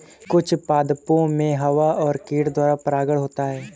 कुछ पादपो मे हवा और कीट द्वारा परागण होता है